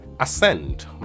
Ascend